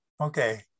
Okay